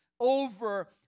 Over